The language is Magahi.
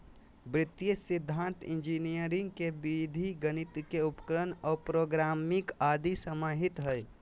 वित्तीय सिद्धान्त इंजीनियरी के विधि गणित के उपकरण और प्रोग्रामिंग आदि समाहित हइ